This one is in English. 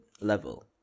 level